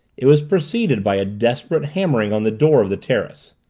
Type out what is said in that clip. it was preceded by a desperate hammering on the door of the terrace.